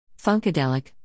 Funkadelic